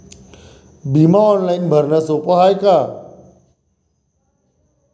बिमा ऑनलाईन भरनं सोप हाय का?